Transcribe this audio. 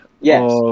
Yes